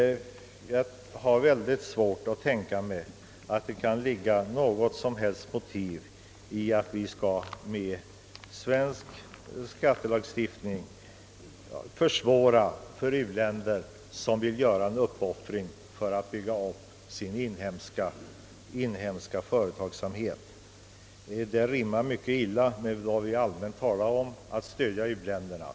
Jag har mycket svårt att tänka mig att det kan finnas något som helst motiv för att genom den svenska skattelagstiftningen försvåra för u-länder att bygga upp en egen företagsamhet. Det rimmar mycket illa med talet om att stödja u-länderna.